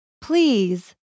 Please